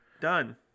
Done